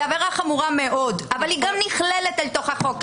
זאת עבירה חמורה מאוד אבל היא גם נכללת לתוך החוק הזה.